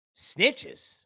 Snitches